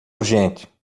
urgente